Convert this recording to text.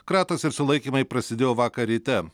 kratos ir sulaikymai prasidėjo vakar ryte